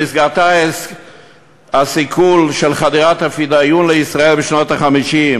שבמסגרתה היה הסיכול של חדירת ה"פדאיון" לישראל בשנות ה-50,